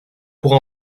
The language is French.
pour